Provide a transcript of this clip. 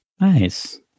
Nice